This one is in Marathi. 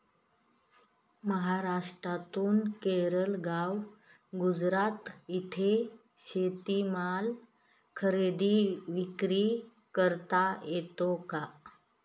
महाराष्ट्रातून केरळ, गोवा, गुजरात येथे शेतीमाल खरेदी विक्री करता येतो का?